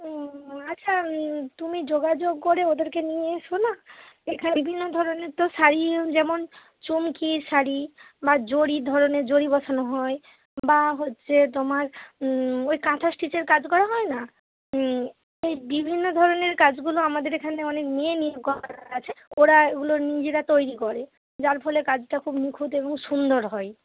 আচ্ছা আমি তুমি যোগাযোগ করে ওদেরকে নিয়ে এসো না এখানে বিভিন্ন ধরনের তো শাড়ি যেমন চুমকি শাড়ি বা জরি ধরনের জরি বসানো হয় বা হচ্ছে তোমার ওই কাঁথা স্টিচের কাজ করা হয় না ওই বিভিন্ন ধরনের কাজগুলো আমাদের আমাদের এখানে অনেক মেয়ে নিয়োগ করা আছে ওরা ওগুলো নিজেরা তৈরি করে যার ফলে কাজটা খুব নিখুঁত এবং সুন্দর হয়